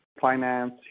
finance